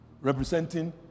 Representing